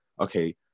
Okay